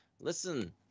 Listen